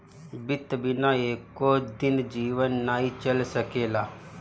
वित्त बिना एको दिन जीवन नाइ चल सकेला